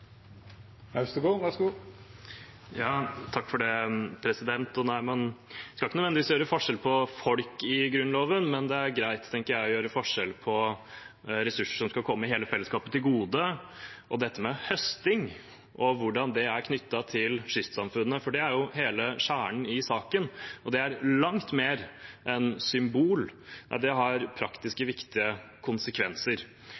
greit, tenker jeg, å gjøre forskjell på ressurser som skal komme hele fellesskapet til gode, og dette med høsting og hvordan det er knyttet til kystsamfunnene, for det er hele kjernen i saken. Det er langt mer enn et symbol. Det har praktiske, viktige konsekvenser. Ja, det